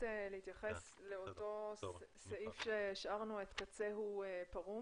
להתייחס לאותו סעיף שאת קצהו השארנו פרום.